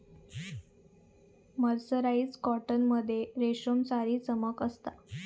mercerised cotton मध्ये रेशमसारी चमक असता